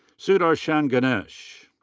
sudarshan ganesh.